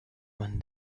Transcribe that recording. when